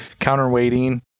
counterweighting